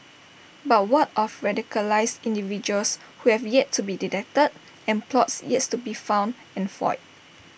but what of radicalised individuals who have yet to be detected and plots yes to be found and foiled